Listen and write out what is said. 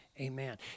Amen